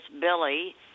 Billy